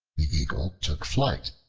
the eagle took flight,